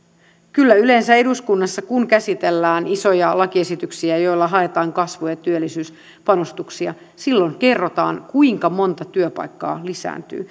kyllä yleensä kun eduskunnassa käsitellään isoja lakiesityksiä joilla haetaan kasvu ja työllisyyspanostuksia silloin kerrotaan kuinka monta työpaikkaa lisääntyy